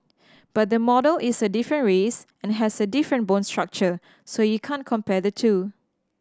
but the model is a different race and has a different bone structure so you can't compare the two